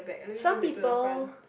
some people